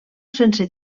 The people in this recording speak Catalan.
sense